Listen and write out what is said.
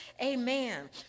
amen